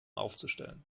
aufzustellen